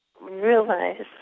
realize